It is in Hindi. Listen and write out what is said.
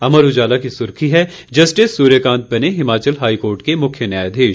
अमर उजाला की सुर्खी है जस्टिस सूर्यकांत बने हिमाचल हाईकोर्ट के मुख्य न्यायाधीश